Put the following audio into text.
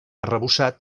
arrebossat